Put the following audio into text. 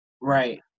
Right